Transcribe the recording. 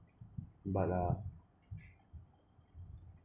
but uh